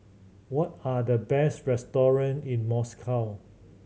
what are the best restaurant in Moscow